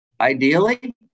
Ideally